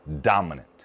dominant